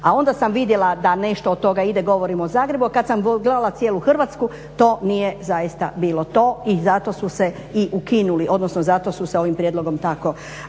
a onda sam vidjela da nešto od toga ide govorim o Zagrebu, kada sam gledala cijelu Hrvatsku to nije zaista nije bilo to i zato su se i ukinuli odnosno zato su se ovim prijedlogom tako